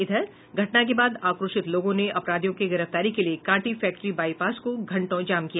इधर घटना के बाद आक्रोशित लोगों ने अपराधियों की गिरफ्तारी के लिए कांटी फैक्ट्री बाईपास को घंटों जाम किया